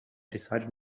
decided